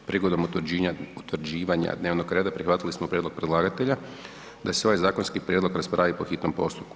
Prigodom utvrđivanja dnevnog reda prihvatili smo prijedlog predlagatelja da se ovaj zakonski prijedlog raspravi po hitnom postupku.